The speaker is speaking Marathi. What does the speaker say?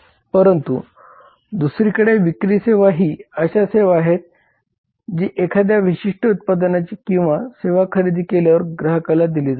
परंतु दुसरीकडे विक्री सेवा ही अशा सेवा आहेत जी एखाद्या विशिष्ट उत्पादनाची किंवा सेवा खरेदी केल्यावर ग्राहकाला दिली जातात